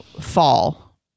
fall